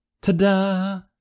Ta-da